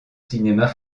cinémas